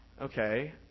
Okay